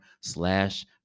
slash